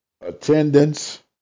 Attendance